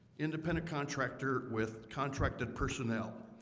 independent contractor with contracted personnel.